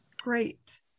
Great